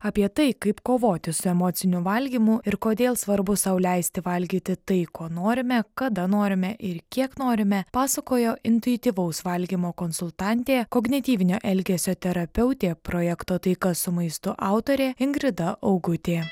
apie tai kaip kovoti su emociniu valgymu ir kodėl svarbu sau leisti valgyti tai ko norime kada norime ir kiek norime pasakojo intuityvaus valgymo konsultantė kognityvinio elgesio terapeutė projekto taika su maistu autorė ingrida augutė